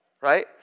right